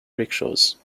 rickshaws